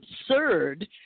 absurd